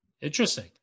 Interesting